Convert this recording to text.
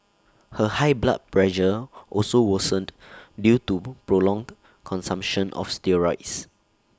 her high blood pressure also worsened due to prolonged consumption of steroids